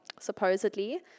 supposedly